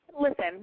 Listen